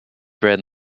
bred